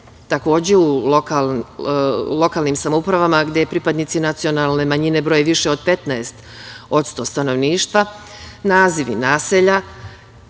tela. Takođe, u lokalnim samoupravama gde pripadnici nacionalne manjine broje više od 15% stanovništva, nazivi naselja,